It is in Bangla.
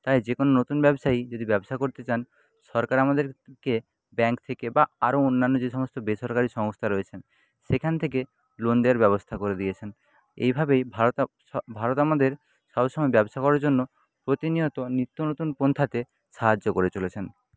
তাই যে কোন নতুন ব্যবসায়ী যদি ব্যবসা করতে চান সরকার আমাদেরকে ব্যাংক থেকে বা আরও অন্যান্য যে সমস্ত বেসরকারি সংস্থা রয়েছেন সেখান থেকে লোন দেওয়ার ব্যবস্থা করে দিয়েছেন এইভাবেই ভারত ভারত আমাদের সব সময় ব্যবসা করার জন্য প্রতিনিয়ত নিত্য নতুন পন্থাতে সাহায্য করে চলেছেন